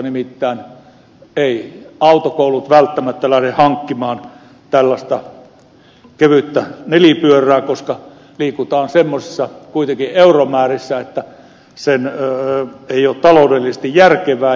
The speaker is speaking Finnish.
nimittäin eivät autokoulut välttämättä lähde hankkimaan tällaista kevyttä nelipyörää koska liikutaan kuitenkin semmoisissa euromäärissä että se ei ole taloudellisesti järkevää